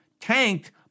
tanked